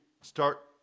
start